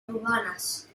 urbanas